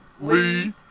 Lee